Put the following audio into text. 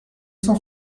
cent